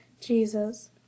jesus